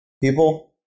people